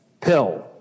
pill